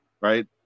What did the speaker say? right